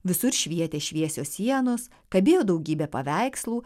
visur švietė šviesios sienos kabėjo daugybė paveikslų